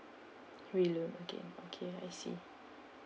re loan again okay I see